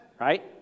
right